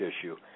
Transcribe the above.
issue